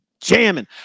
jamming